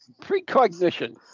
Precognition